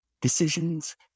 Decisions